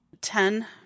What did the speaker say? ten